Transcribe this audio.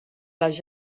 les